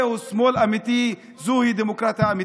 זהו שמאל אמיתי, זוהי דמוקרטיה אמיתית.